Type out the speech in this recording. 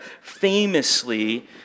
famously